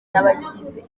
n’abagize